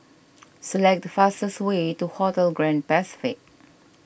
select the fastest way to Hotel Grand Pacific